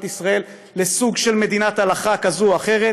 ישראל לסוג של מדינת הלכה כזאת או אחרת,